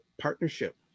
partnership